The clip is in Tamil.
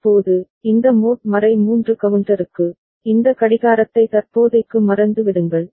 இப்போது இந்த மோட் 3 கவுண்டருக்கு இந்த கடிகாரத்தை தற்போதைக்கு மறந்துவிடுங்கள்